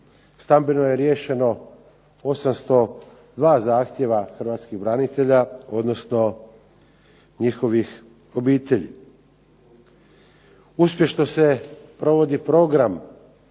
Stambeno je riješeno 802 zahtjeva Hrvatskih branitelja, odnosno njihovih obitelji. Uspješno se provodi program